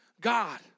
God